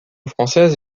française